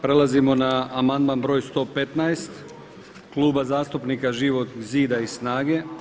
Prelazimo na amandman broj 115 Kluba zastupnika Živog zida i SNAGA-e.